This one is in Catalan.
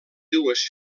dues